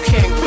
King